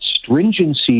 stringency